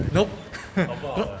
nope